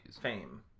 fame